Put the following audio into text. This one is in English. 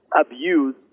abuse